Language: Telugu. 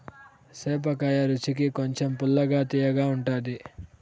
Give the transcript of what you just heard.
సేపకాయ రుచికి కొంచెం పుల్లగా, తియ్యగా ఉంటాది